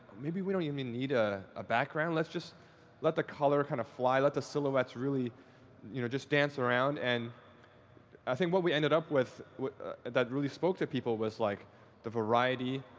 maybe we don't i mean need ah a background. let's just let the color kind of fly, let the silhouettes really you know dance around. and i think what we ended up with with that really spoke to people was like the variety,